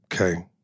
Okay